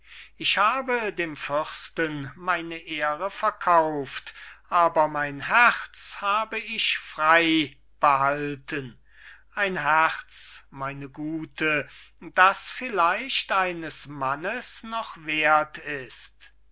sophie ich habe dem fürsten meine ehre verkauft aber mein herz habe ich frei behalten ein herz meine gute das vielleicht eines mannes noch werth ist über